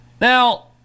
Now